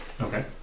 Okay